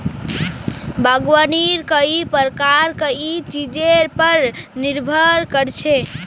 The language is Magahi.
बागवानीर कई प्रकार कई चीजेर पर निर्भर कर छे